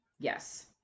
Yes